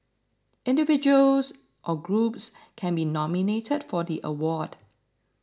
individuals or groups can be nominated for the award